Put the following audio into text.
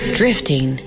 drifting